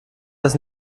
das